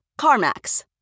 CarMax